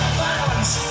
violence